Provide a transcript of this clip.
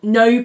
no